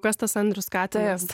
kas tas andrius katinas